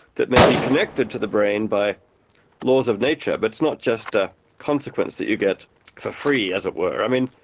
that may be connected to the brain by laws of nature, but it's not just a consequence that you get for free, as it were? i mean,